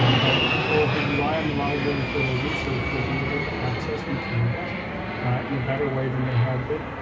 um but people who rely on the library for their research will be able to access materials in a better way than they have been.